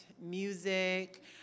music